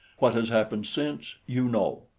what has happened since you know.